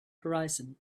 horizon